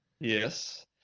Yes